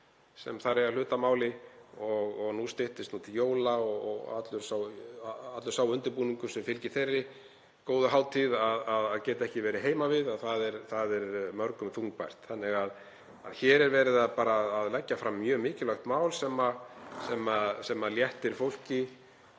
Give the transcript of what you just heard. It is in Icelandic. sem þar eiga hlut að máli og nú styttist til jóla og alls þess undirbúnings sem fylgir þeirri góðu hátíð. Að geta ekki verið heima við er mörgum þungbært. Hér er verið að leggja fram mjög mikilvægt mál sem léttir af fólki.